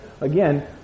Again